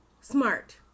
smart